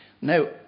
Now